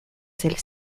celle